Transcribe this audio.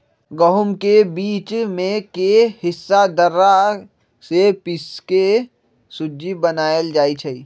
गहुम के बीच में के हिस्सा दर्रा से पिसके सुज्ज़ी बनाएल जाइ छइ